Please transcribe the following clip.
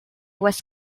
was